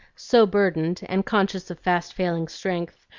so burdened, and conscious of fast-failing strength,